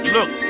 Look